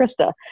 Krista